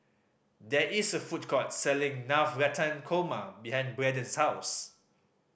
there is a food court selling Navratan Korma behind Braden's house